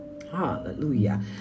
Hallelujah